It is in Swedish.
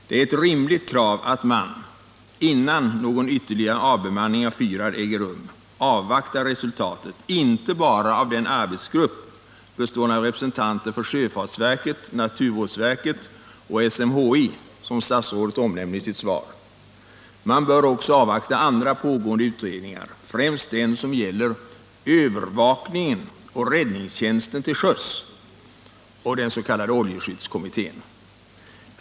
Det är ett rimligt krav att man — innan beslut om eventuell ytterligare avbemanning av fyrar fattas — avvaktar resultatet inte bara av den arbetsgrupp, bestående av representanter för sjöfartsverket, naturvårdsverket och SMHI, som statsrådet omnämner i sitt svar. Man bör också avvakta andra pågående utredningar, främst den som gäller övervakningen och räddningstjänsten till sjöss och den s.k. oljeskyddskommittén.